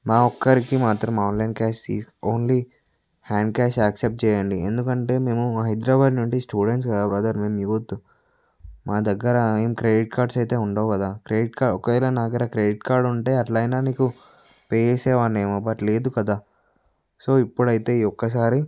మా ఒక్కరికి మాత్రం ఆన్లైన్ క్యాష్ తీసు ఓన్లీ హ్యాండ్ క్యాష్ యాక్సప్ట్ చేయండి ఎందుకంటే మేము హైద్రాబాద్ నుండి స్టూడెంట్స్ కదా బ్రదర్ మేము యూత్ మా దగ్గరా ఏం క్రెడిట్ కార్డ్స్ అయితే ఉండవు కదా క్రెడిట్ కార్డ్ ఒకవేళ నా దగ్గర క్రెడిట్ కార్డు ఉంటే అట్లయినా నీకు పే చేసేవాడినేమో బట్ లేదు కదా సో ఇప్పుడయితే ఈ ఒక్కసారి